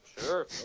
sure